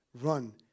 run